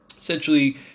essentially